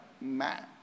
man